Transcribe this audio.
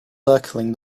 circling